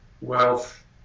wealth